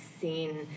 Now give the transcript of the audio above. seen